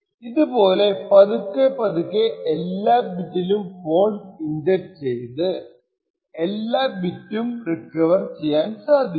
ഇതുപോലെ പതുക്കെപ്പതുക്കെ എല്ലാ ബിറ്റിലും ഫാൾസ് ഇൻജെക്റ്റ് ചെയ്തു എല്ലാ ബിറ്റും റിക്കവർ ചെയ്യും